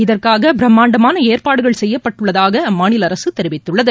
இதற்காக பிரம்மாண்டமான ஏற்பாடுகள் செய்யப்பட்டுள்ளதாக அம்மாநில அரசு தெரிவித்துள்ளது